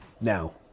now